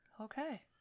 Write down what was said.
okay